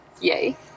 yay